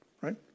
right